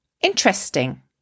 Interesting